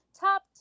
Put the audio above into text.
top